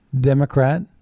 Democrat